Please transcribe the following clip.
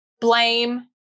blame